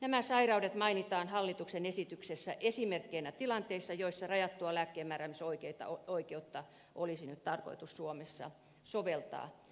nämä sairaudet mainitaan hallituksen esityksessä esimerkkeinä tilanteista joissa rajattua lääkkeenmääräämisoikeutta olisi nyt tarkoitus suomessa soveltaa